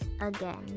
again